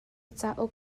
cauk